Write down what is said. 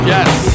Yes